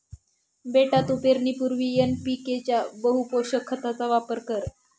बेटा तू पेरणीपूर्वी एन.पी.के च्या बहुपोषक खताचा वापर कर